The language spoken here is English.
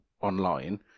online